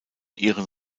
ihren